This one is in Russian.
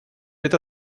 это